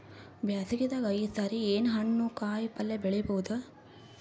ಬ್ಯಾಸಗಿ ದಾಗ ಈ ಸರಿ ಏನ್ ಹಣ್ಣು, ಕಾಯಿ ಪಲ್ಯ ಬೆಳಿ ಬಹುದ?